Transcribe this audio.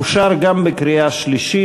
אושרה גם בקריאה שלישית.